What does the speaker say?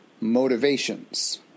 Motivations